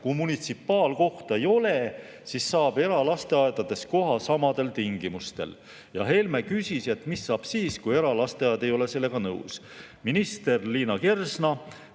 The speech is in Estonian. Kui munitsipaalkohta ei ole, siis saab eralasteaias koha samadel tingimustel. Ja Helme küsis, mis saab siis, kui eralasteaed ei ole sellega nõus. Minister Liina Kersna